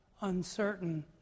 uncertain